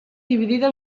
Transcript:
dividida